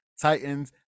Titans